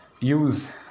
use